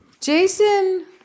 Jason